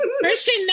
Christian